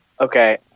Okay